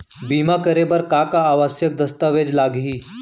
बीमा करे बर का का आवश्यक दस्तावेज लागही